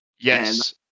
yes